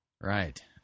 right